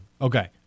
Okay